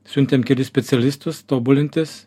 siuntėm kelis specialistus tobulintis